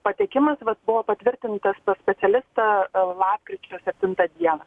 ir patekimas vat buvo patvirtintas pas specialistą lapkričio septintą dieną